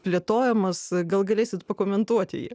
plėtojamas gal galėsit pakomentuoti jį